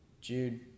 Jude